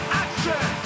action